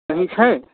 कहीँ छै